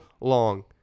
long